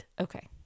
Okay